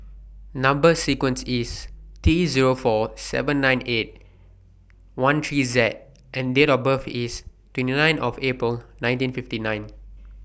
Number sequence IS T Zero four seven nine eight one three Z and Date of birth IS twenty nine April nineteen fifty nine